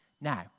Now